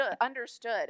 understood